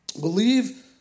Believe